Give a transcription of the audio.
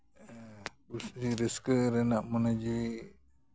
ᱠᱩᱥᱤ ᱨᱟᱹᱥᱠᱟᱹ ᱨᱮᱱᱟᱜ ᱢᱚᱱᱮ ᱡᱤᱣᱤ